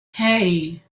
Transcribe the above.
hey